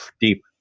Deep